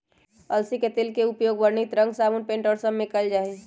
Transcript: अलसी के तेल के उपयोग वर्णित रंग साबुन पेंट और सब में कइल जाहई